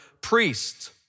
priests